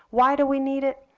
why do we need it?